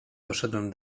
poszedłem